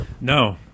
No